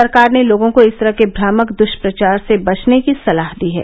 सरकार ने लोगों को इस तरह के भ्रामक द्ष्प्रचार से बचने की सलाह दी है